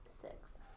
Six